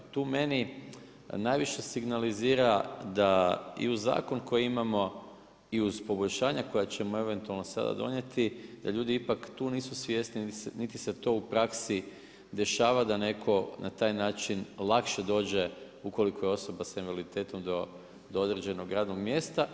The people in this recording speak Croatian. Tu meni, najviše signalizira, da i uz zakon koji imamo, i uz poboljšanja koja ćemo eventualno sada donijeti, da ljudi ipak, tu nisu svjesni, niti se to u praksi dešava da taj netko na taj način lakše dođe ukoliko je osoba s invaliditetom do određenog radnog mjesta.